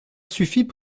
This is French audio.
suffit